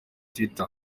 twitter